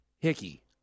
Hickey